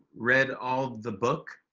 read all the book?